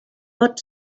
pot